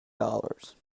dollars